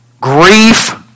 grief